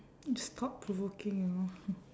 it's thought provoking you know